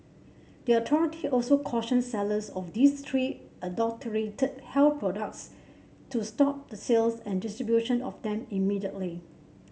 the authority also cautioned sellers of these three adulterated health products to stop the sales and distribution of them immediately